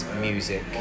music